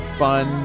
fun